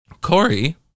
Corey